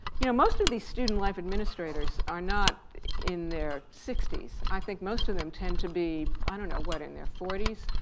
you know, most of these student life administrators are not in their sixties. i think most of them tend to be, i don't know, what? in their forties?